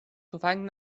تفنگ